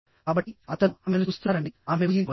కాబట్టి అతను ఆమెను చూస్తున్నారని ఆమె ఊహించవచ్చు